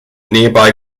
nearby